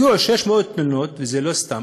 התקבלו 600 תלונות, וזה לא סתם.